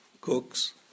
cooks